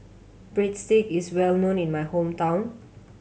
breadstick is well known in my hometown